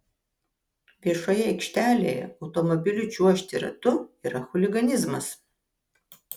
viešoje aikštelėje automobiliu čiuožti ratu yra chuliganizmas